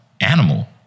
animal